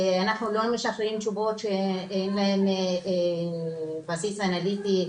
אנחנו לא משחררים תשובות שאין להן בסיס אנליטי,